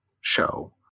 show